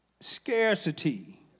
scarcity